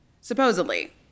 Supposedly